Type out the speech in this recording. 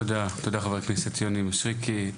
תודה רבה חבר הכנסת יוני מישרקי.